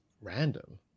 random